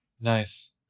Nice